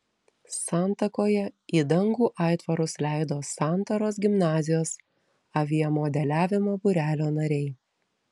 santakoje į dangų aitvarus leido santaros gimnazijos aviamodeliavimo būrelio nariai